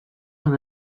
dans